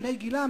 בני גילם,